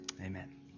Amen